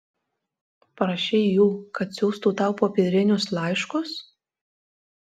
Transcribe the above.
prašei jų kad siųstų tau popierinius laiškus